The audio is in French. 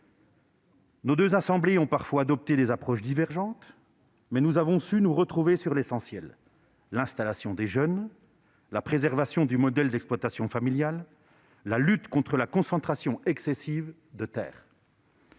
Nos deux assemblées ont parfois adopté des approches divergentes, mais nous avons su nous retrouver sur l'essentiel : l'installation des jeunes, la préservation du modèle d'exploitation familiale et la lutte contre la concentration excessive des terres.